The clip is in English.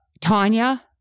Tanya